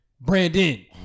Brandon